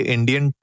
Indian